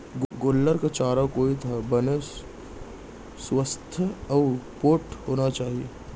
गोल्लर के चारों कोइत ह बने सुवास्थ अउ पोठ होना चाही